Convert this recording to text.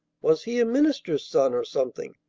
was he a minister's son or something,